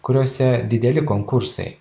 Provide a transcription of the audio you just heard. kuriose dideli konkursai